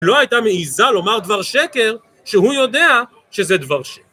לא הייתה מעיזה לומר דבר שקר שהוא יודע שזה דבר שקר.